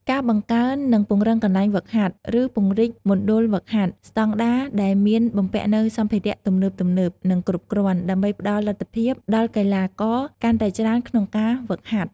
ការបង្កើន និងពង្រីកកន្លែងហ្វឹកហាត់ ឬពង្រីកមណ្ឌលហ្វឹកហាត់ស្តង់ដារដែលមានបំពាក់នូវសម្ភារៈទំនើបៗ និងគ្រប់គ្រាន់ ដើម្បីផ្តល់លទ្ធភាពដល់កីឡាករកាន់តែច្រើនក្នុងការហ្វឹកហាត់។